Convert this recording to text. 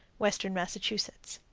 western massachusetts.